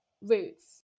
roots